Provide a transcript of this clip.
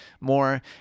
more